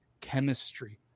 chemistry